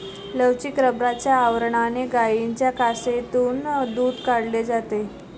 लवचिक रबराच्या आवरणाने गायींच्या कासेतून दूध काढले जाते